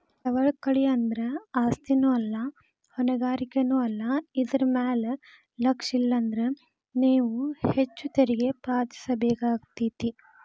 ಸವಕಳಿ ಅಂದ್ರ ಆಸ್ತಿನೂ ಅಲ್ಲಾ ಹೊಣೆಗಾರಿಕೆನೂ ಅಲ್ಲಾ ಇದರ್ ಮ್ಯಾಲೆ ಲಕ್ಷಿಲ್ಲಾನ್ದ್ರ ನೇವು ಹೆಚ್ಚು ತೆರಿಗಿ ಪಾವತಿಸಬೇಕಾಕ್ಕೇತಿ